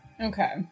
Okay